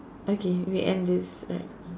okay we end this right